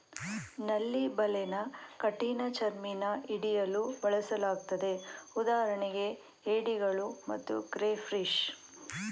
ನಳ್ಳಿ ಬಲೆನ ಕಠಿಣಚರ್ಮಿನ ಹಿಡಿಯಲು ಬಳಸಲಾಗ್ತದೆ ಉದಾಹರಣೆಗೆ ಏಡಿಗಳು ಮತ್ತು ಕ್ರೇಫಿಷ್